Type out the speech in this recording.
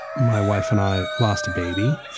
my wife and i lost a baby.